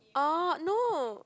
oh no